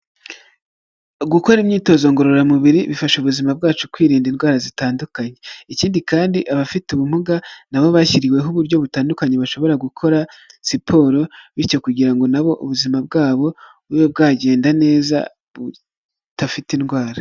Gukora imyitozo ngororamubiri bifasha ubuzima bwacu kwirinda indwara zitandukanye, ikindi kandi abafite ubumuga nabo bashyiriweho uburyo butandukanye bashobora gukora siporo, bityo kugira ngo nabo ubuzima bwabo bube bwagenda neza budafite indwara.